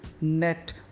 net